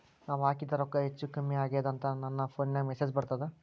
ನಾವ ಹಾಕಿದ ರೊಕ್ಕ ಹೆಚ್ಚು, ಕಮ್ಮಿ ಆಗೆದ ಅಂತ ನನ ಫೋನಿಗ ಮೆಸೇಜ್ ಬರ್ತದ?